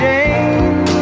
Jane